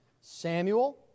Samuel